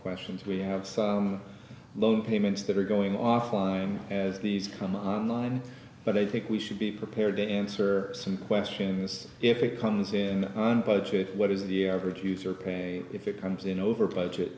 questions we have loan payments that are going offline as these come online but i think we should be prepared to answer some question this if it comes in on budget what is the average user pay if it comes in over budget